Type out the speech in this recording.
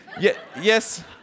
Yes